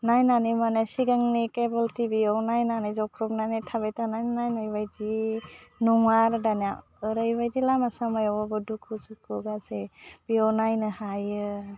नायनानै माने सिगांनि केबोल टिभियाव नायनानै जख्रबनानै थाबाय थानानै नायनाय बायदि नङा आरो दाना ओरैबायदि लामा सामायावबाबो दुखु सुखु गासै बेयाव नायनो हायो